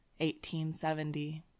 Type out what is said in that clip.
1870